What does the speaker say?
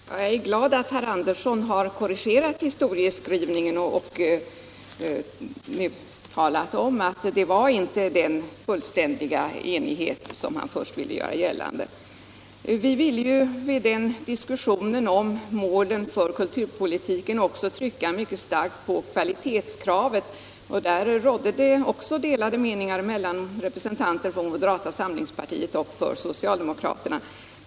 Herr talman! Jag är glad att herr Andersson i Lycksele har korrigerat historieskrivningen och nu talat om att det inte var den fullständiga enighet som han först ville göra gällande. Vi ville ju med diskussionen om målen för kulturpolitiken även trycka mycket starkt på kvalitetskravet, och där rådde det också delade meningar mellan representanter för moderata samlingspartiet och för socialdemokraterna.